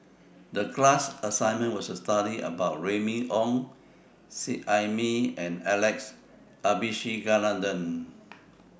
The class assignment was to study about Remy Ong Seet Ai Mee and Alex Abisheganaden